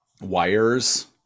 wires